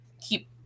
keep